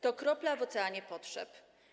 To kropla w oceanie potrzeb.